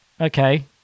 Okay